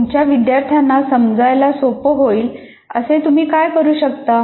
तुमच्या विद्यार्थ्यांना समजायला सोपे होईल असे तुम्ही काय करू शकता